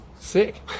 Sick